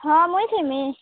ହଁ ମୁଇଁ ଥିମି